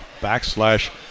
backslash